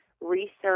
research